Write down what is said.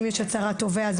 אם יש הצהרת תובע,